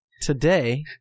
Today